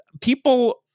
People